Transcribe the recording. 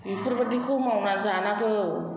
बेफोरबायदिखौ मावनानै जानांगौ